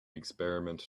experiment